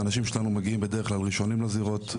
האנשים שלנו מגיעים בדרך כלל ראשונים לזירות,